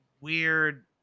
Weird